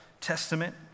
Testament